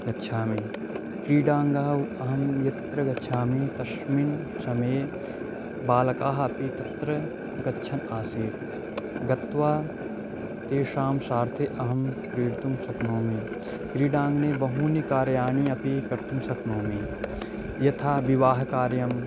गच्छामि क्रीडाङ्गने अहं यत्र गच्छामि तस्मिन् समये बालकाः अपि तत्र गच्छन् आसन् गत्वा तेषां सहार्थे अहं क्रीडितुं शक्नोमि क्रीडाङ्गने बहूनि कार्याणि अपि कर्तुं शक्नोमि यथा विवाहकार्यं